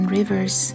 rivers